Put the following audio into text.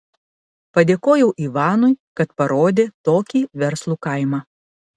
padėkojau ivanui kad parodė tokį verslų kaimą